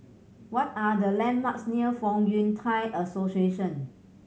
what are the landmarks near Fong Yun Thai Association